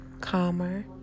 calmer